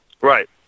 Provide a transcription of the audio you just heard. Right